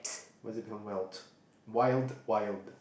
what is it wild wild